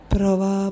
Prova